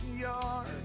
yard